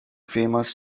famous